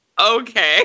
okay